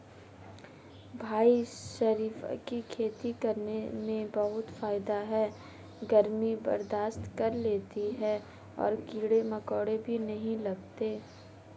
भाई शरीफा की खेती करने में बहुत फायदा है गर्मी बर्दाश्त कर लेती है और कीड़े मकोड़े भी नहीं लगते